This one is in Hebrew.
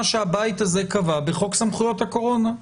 שהבית הזה קבע בחוק סמכויות הקורונה,